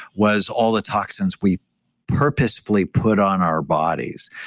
was all the toxins we purposefully put on our bodies.